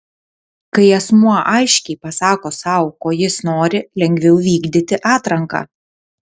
kai asmuo aiškiai pasako sau ko jis nori lengviau vykdyti atranką